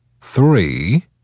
three